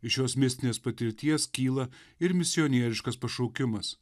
iš šios mistinės patirties kyla ir misionieriškas pašaukimas